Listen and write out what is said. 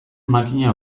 makina